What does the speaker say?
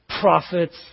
prophets